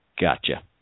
Gotcha